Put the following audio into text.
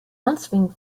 answering